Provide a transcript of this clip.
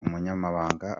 umunyamabanga